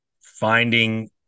finding